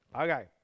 Okay